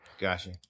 Gotcha